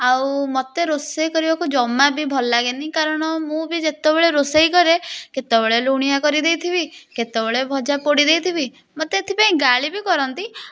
ଆଉ ମୋତେ ରୋଷେଇ କରିବାକୁ ଜମା ବି ଭଲ ଲଗେନି କାରଣ ମୁଁ ବି ଯେତେବେଳେ ରୋଷେଇ କରେ କେତେବେଳେ ଲୁଣିଆ କରିଦେଇଥିବି କେତେବେଳେ ଭଜା ପୋଡ଼ି ଦେଇଥିବି ମୋତେ ଏଥିପାଇଁ ଗାଳି ବି କରନ୍ତି